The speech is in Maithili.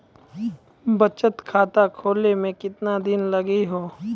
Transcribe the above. बचत खाता खोले मे केतना दिन लागि हो?